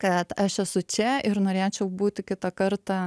kad aš esu čia ir norėčiau būti kitą kartą